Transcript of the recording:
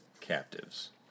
captives